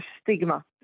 stigma